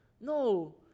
No